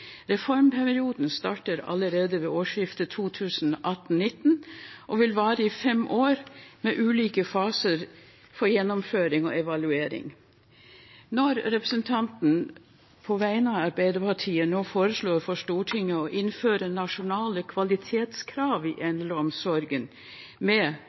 Reformperioden starter allerede ved årsskiftet 2018/2019, og vil vare i fem år med ulike faser for gjennomføring og evaluering. Når representanten på vegne av Arbeiderpartiet nå foreslår for Stortinget å innføre nasjonale kvalitetskrav i eldreomsorgen med